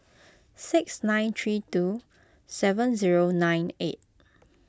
six nine three two seven zero nine eight